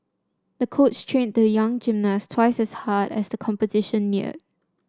the coach trained the young gymnast twice as hard as the competition neared